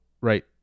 right